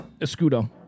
Escudo